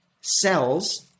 cells